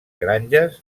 granges